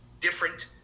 different